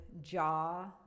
jaw